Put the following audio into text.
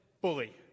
bully